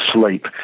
sleep